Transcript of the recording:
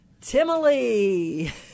Timely